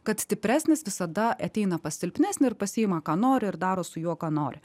kad stipresnis visada ateina pas silpnesnį ir pasiima ką nori ir daro su juo ką nori